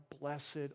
blessed